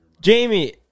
Jamie